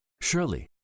Surely